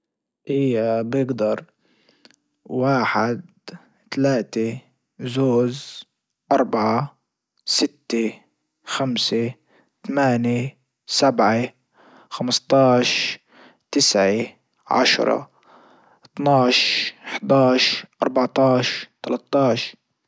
ايه بجدر واحد تلاتة جوز اربعة ستة خمسة تماني سبعة خمسة عشر تسعة عشرة اثنى عشر احدعشر اربعة عشر.